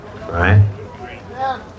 Right